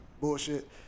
bullshit